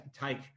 take